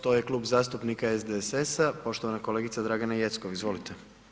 To je Klub zastupnika SDSS-a, poštovana kolegica Dragana Jeckov, izvolite.